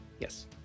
Yes